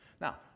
now